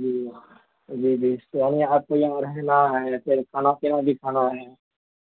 جی جی جی تو یعنی آپ کو یہاں رہنا ہے پھر کھانا پینا بھی کھانا ہے